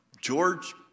George